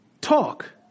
talk